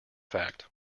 fact